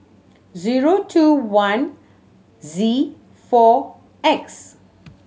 zeio two one Z four X